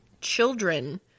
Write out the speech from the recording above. children